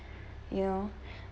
you know